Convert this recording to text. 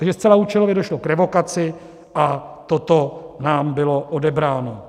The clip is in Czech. Takže zcela účelově došlo k revokaci a toto nám bylo odebráno.